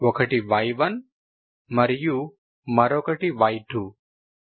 ఒకటి y1 మరియు మరొకటి y2